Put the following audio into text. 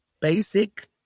basic